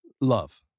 Love